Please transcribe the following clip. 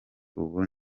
ubu